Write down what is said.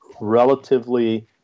relatively